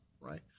Right